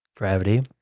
gravity